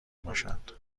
باشند